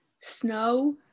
snow